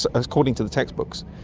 so according to the textbooks.